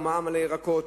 או מע"מ על הירקות